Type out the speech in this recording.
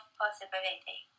possibility